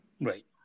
Right